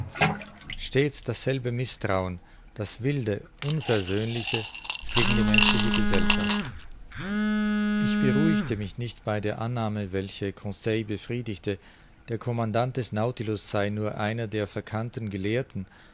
stets dasselbe mißtrauen das wilde unversöhnliche gegen die menschliche gesellschaft ich beruhigte mich nicht bei der annahme welche conseil befriedigte der commandant des nautilus sei nur einer der verkannten gelehrten